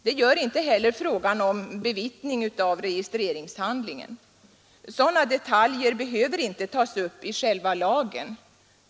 Det gör inte heller frågan om bevittning av registreringshandlingen. Sådana detaljer bör inte tas upp i själva lagen.